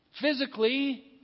physically